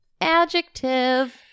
Adjective